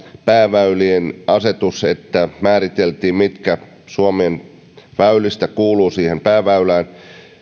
pääväylien asetus että määriteltiin mitkä suomen väylistä kuuluvat pääväylään